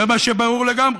זה מה שברור לגמרי.